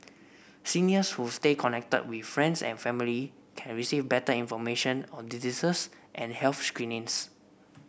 seniors who stay connected with friends and family can receive better information on diseases and health screenings